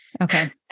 Okay